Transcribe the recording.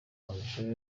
amashusho